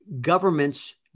governments